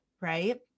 right